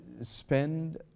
spend